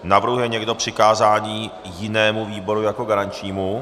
Navrhuje někdo přikázání jinému výboru jako garančnímu?